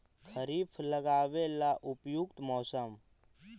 खरिफ लगाबे ला उपयुकत मौसम?